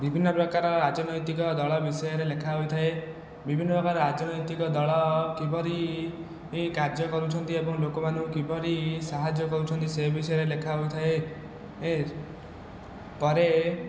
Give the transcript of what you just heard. ବିଭିନ୍ନ ପ୍ରକାର ରାଜନୈତିକ ଦଳ ବିଷୟରେ ଲେଖା ହୋଇଥାଏ ବିଭିନ୍ନ ପ୍ରକାର ରାଜନୈତିକ ଦଳ କିପରି କାର୍ଯ୍ୟ କରୁଛନ୍ତି ଏବଂ ଲୋକମାନଙ୍କୁ କିପରି ସାହାଯ୍ୟ କରୁଛନ୍ତି ସେ ବିଷୟରେ ଲେଖା ହୋଇଥାଏ ଏ ପରେ